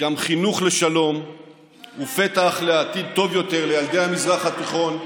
גם חינוך לשלום ופתח לעתיד טוב יותר לילדי המזרח התיכון,